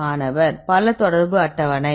மாணவர் பல தொடர்பு அட்டவணை